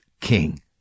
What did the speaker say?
king